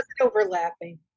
overlapping